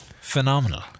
phenomenal